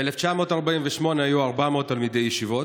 ב-1948 היו 400 תלמידי ישיבות,